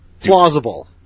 Plausible